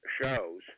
shows